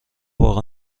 واقعا